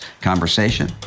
conversation